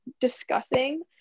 discussing